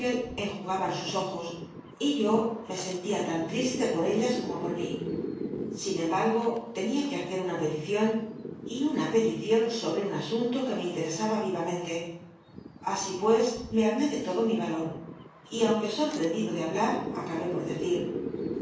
enjugaban sus ojos y yo me en tia tan lrisle por ellas como poa mi sin embargo tenia que hacer una peticion y biblioteca nacional de españa da vid copperfigld algunos no pudieron resistir á la tentacion una peticion sobre un asunto que me inletesaba ivamenlc así pues me arm de lodo mi yalor y aunque soqll'endido de habl w acabé por decit